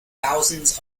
thousands